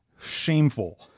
shameful